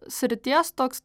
srities toks